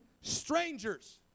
strangers